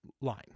line